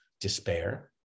despair